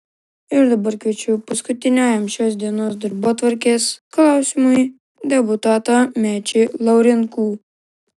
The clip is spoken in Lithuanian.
ir dabar kviečiu paskutiniajam šios dienos darbotvarkės klausimui deputatą mečį laurinkų